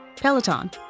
Peloton